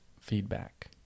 feedback